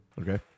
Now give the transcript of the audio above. Okay